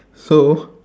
so